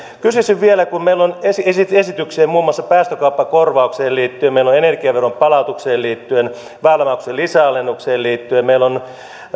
kysyisin vielä kun meillä on esityksiä muun muassa päästökaupan korvaukseen liittyen meillä on energiaveron palautukseen liittyen väylämaksujen lisäalennukseen liittyen meillä on